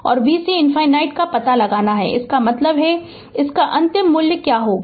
और vc ∞ का पता लगाना है इसका मतलब यह है इस का अंतिम मूल्य क्या होगा